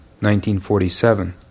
1947